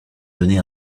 donné